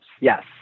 yes